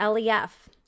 LEF